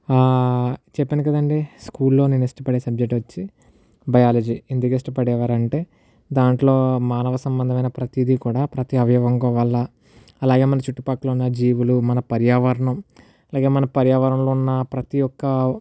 చెప్పాను కదండీ స్కూల్ లో నేను ఇష్టపడే సబ్జెక్ట్ వచ్చి బయాలజీ ఎందుకు ఇష్టపడేవారు అంటే దాంట్లో మానవ సంబంధమైన ప్రతీదీ కూడా ప్రతి అవయవంగం వల్ల అలాగే మన చుట్టుపక్కల ఉన్న జీవులు మన పర్యావరణం అలాగే మనం పర్యావరణంలో ఉన్న ప్రతి ఒక్క